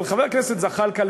אבל חבר הכנסת זחאלקה,